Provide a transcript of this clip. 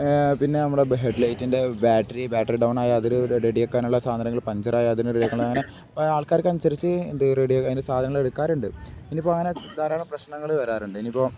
പിന്നെ നമ്മുടെ ഹെഡ് ലൈറ്റിൻ്റെ ബാറ്ററി ബാറ്ററി ഡൗൺ ആയാല് അതു റെഡിയാക്കാനുള്ള സാധനങ്ങള് പഞ്ചറായാല് അത് റെഡിയാക്കാന് അങ്ങനെ ആൾക്കാർക്കനുസരിച്ച് റെഡി അതിൻ്റെ സാധനങ്ങള് എടുക്കാറുണ്ട് ഇനിയിപ്പോള് അങ്ങനെ ധാരാളം പ്രശ്നങ്ങള് വരാറുണ്ട് ഇനിയിപ്പോള്